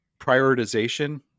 prioritization